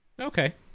okay